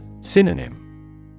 Synonym